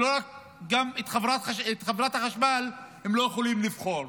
וגם את חברת החשמל הם לא יכולים לבחור.